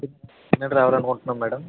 నేను రావాలనుకుంటున్నాను మ్యాడం